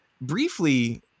briefly